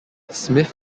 smith